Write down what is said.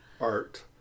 art